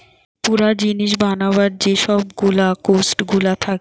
পুরা জিনিস বানাবার যে সব গুলা কোস্ট গুলা থাকে